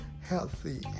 Healthy